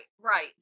right